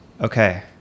Okay